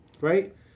right